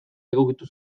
egokitu